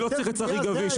אני לא צריך את צחי גביש.